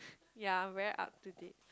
ya very up to date